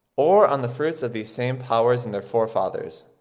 or on the fruits of these same powers in their forefathers.